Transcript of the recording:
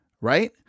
right